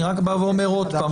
אני אומר שוב,